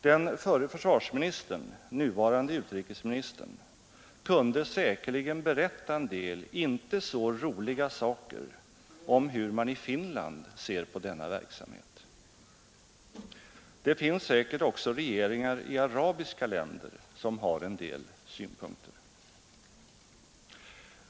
Den förre försvarsministern, nuvarande utrikesministern, kunde säkerligen berätta en del icke så roliga saker om hur man i Finland ser på denna verksamhet. Det finns säkert också regeringar i arabiska länder som har en del synpunkter.